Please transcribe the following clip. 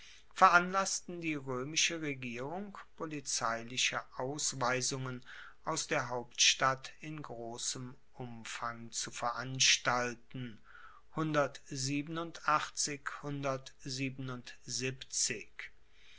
veranlassten die roemische regierung polizeiliche ausweisungen aus der hauptstadt in grossem umfang zu veranstalten